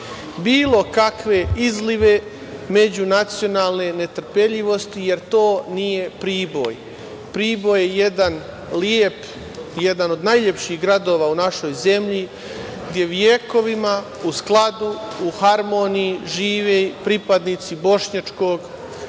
bilo kakve izlive međunacionalne netrpeljivosti, jer to nije Priboj. Priboj je jedan od najlepših gradova u našoj zemlji, gde vekovima u skladu i harmoniji žive pripadnici bošnjačkog